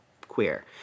queer